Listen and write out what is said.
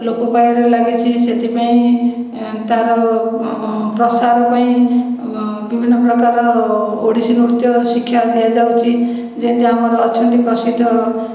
ଲୋପ ପାଇବାରେ ଲାଗିଛି ସେଥିପାଇଁ ତା'ର ପ୍ରସାର ପାଇଁ ବିଭିନ୍ନ ପ୍ରକାର ଓଡ଼ିଶୀ ନୃତ୍ୟ ଶିକ୍ଷା ଦିଆଯାଉଛି ଯେହେତୁ ଆମର ଅଛନ୍ତି ପ୍ରସିଦ୍ଧ